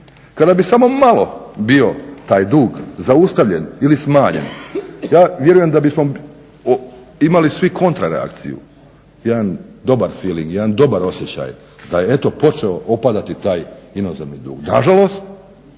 Kada bi samo malo bio taj dug zaustavljen i smanjen ja vjerujem da bi smo imali svi kontra reakciju, jedan dobar filing, jedan dobar osjećaj da je eto počeo opadati taj inozemni dug. Nažalost